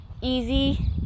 easy